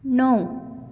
णव